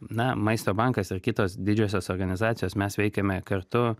na maisto bankas ir kitos didžiosios organizacijos mes veikėme kartu